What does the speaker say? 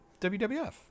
wwf